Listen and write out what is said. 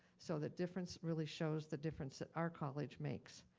so that difference really shows the difference that our college makes.